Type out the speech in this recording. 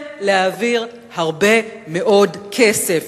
זה להעביר הרבה מאוד כסף,